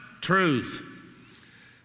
truth